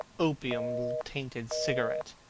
opium-tainted cigarette.